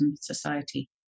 Society